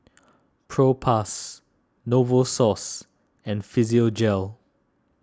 Propass Novosource and Physiogel